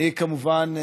אני כמובן,